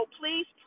please